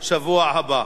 בשבוע הבא.